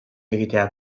egitea